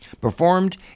Performed